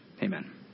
Amen